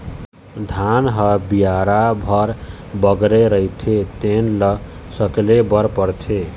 धान ह बियारा भर बगरे रहिथे तेन ल सकेले बर परथे